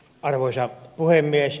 arvoisa puhemies